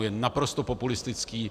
Je naprosto populistický.